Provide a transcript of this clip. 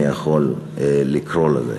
אני יכול לקרוא לזה.